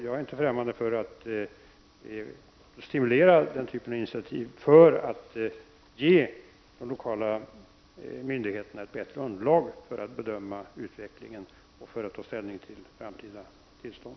Jag är inte främmande för att stimulera den typen av initiativ för att ge de lokala myndigheterna ett bättre underlag då de skall bedöma utvecklingen och ta ställning till framtida tillstånd.